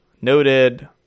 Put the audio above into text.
Noted